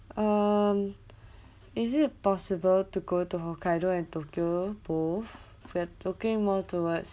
um is it possible to go to hokkaido and tokyo both we're talking more towards